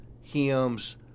hymns